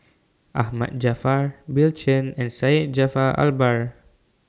Ahmad Jaafar Bill Chen and Syed Jaafar Albar